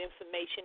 information